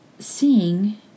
Seeing